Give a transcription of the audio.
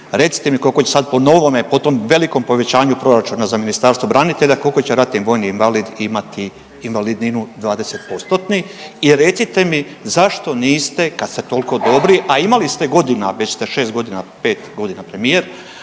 Recite mi koliko će sada po novome po tom velikom povećanju proračuna za Ministarstvo branitelja koliko će ratni vojni invalid imati invalidninu 20%-tni? I recite mi zašto niste kada ste toliko dobri a imali ste godina, već ste 6 godina, 5 godina premijer